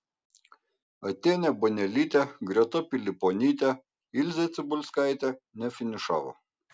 atėnė banelytė greta piliponytė ilzė cibulskaitė nefinišavo